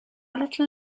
little